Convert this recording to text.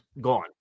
Gone